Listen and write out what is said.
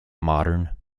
modern